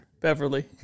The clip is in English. Beverly